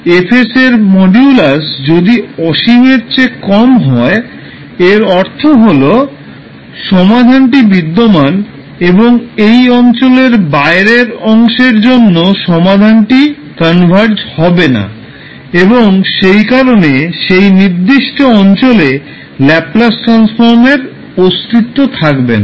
F এর modulus যদি অসীমের চেয়ে কম হয় এর অর্থ হল সমাধানটি বিদ্যমান এবং এই অঞ্চলের বাইরের অংশের জন্য সমাধানটি কনভার্জ হবে না এবং সেই কারণেই সেই নির্দিষ্ট অঞ্চলে ল্যাপলাস ট্রান্সফর্মের অস্তিত্ব থাকবে না